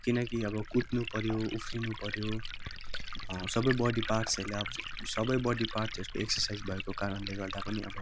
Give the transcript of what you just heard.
किनकि अब कुद्नु पऱ्यो उफ्रिनु पऱ्यो सबै बडी पार्ट्सहरूले अब सबै बडी पार्ट्सहरूको एक्सरसाइज भएको कारणले गर्दा पनि अब